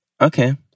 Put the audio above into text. Okay